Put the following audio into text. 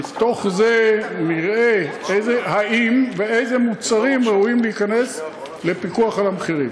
מתוך זה נראה האם ואיזה מוצרים ראויים להיכנס לפיקוח על המחירים.